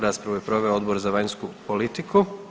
Raspravu je proveo Odbor za vanjsku politiku.